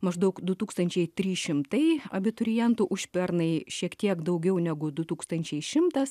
maždaug du tūkstančiai trys šimtai abiturientų užpernai šiek tiek daugiau negu du tūkstančiai šimtas